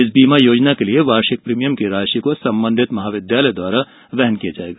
इस बीमा योजना के लिये वार्षिक प्रीमियम की राशि को संबंधित महाविद्यालय द्वारा वहन किया जायेगा